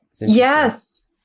Yes